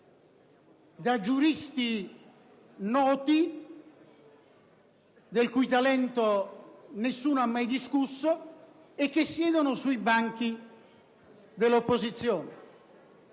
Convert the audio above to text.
da giuristi noti, del cui talento nessuno ha mai discusso e che siedono sui banchi dell'opposizione.